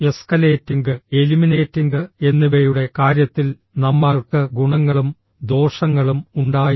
escalating eliminating എന്നിവയുടെ കാര്യത്തിൽ നമ്മ ൾക്ക് ഗുണങ്ങളും ദോഷങ്ങളും ഉണ്ടായിരുന്നു